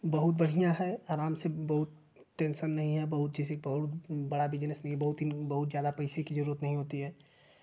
बहुत बढ़ियाँ है आराम से बहुत टेन्शन नहीं है बहुत जैसे कि बहुत बड़ा बिज़नेस नहीं है बहुत ज़्यादा पैसे की जरूरत नहीं होती है